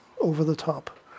over-the-top